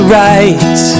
right